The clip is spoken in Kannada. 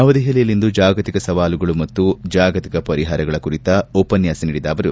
ನವದೆಹಲಿಯಲ್ಲಿಂದು ಜಾಗತಿಕ ಸವಾಲುಗಳು ಮತ್ತು ಜಾಗತಿಕ ಪರಿಹಾರಗಳು ಕುರಿತ ಉಪನ್ನಾಸ ನೀಡಿದ ಅವರು